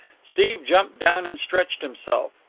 steve jumped down and stretched himself.